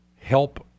help